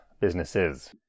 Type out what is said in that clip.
businesses